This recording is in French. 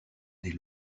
des